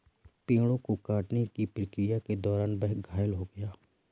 पेड़ों को काटने की प्रक्रिया के दौरान वह घायल हो गया